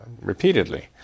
repeatedly